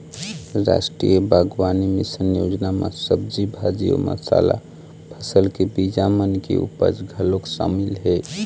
रास्टीय बागबानी मिसन योजना म सब्जी भाजी अउ मसाला फसल के बीजा मन के उपज घलोक सामिल हे